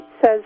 says